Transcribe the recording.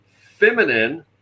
feminine